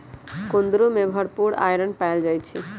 कुंदरू में भरपूर आईरन पाएल जाई छई